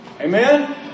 Amen